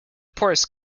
poorest